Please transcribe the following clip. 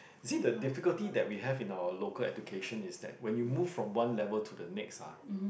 you see the difficulty that we have in our local education is that when you move from one level to the next ah